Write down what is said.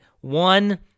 One